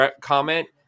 comment